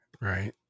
Right